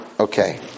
Okay